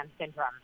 Syndrome